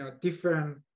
different